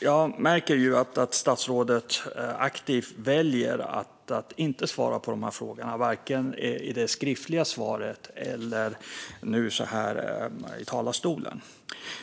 Jag märker att statsrådet aktivt väljer att inte svara på frågorna, varken skriftligt eller i talarstolen.